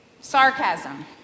sarcasm